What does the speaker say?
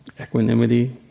Equanimity